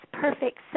perfect